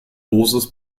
dosis